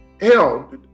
hell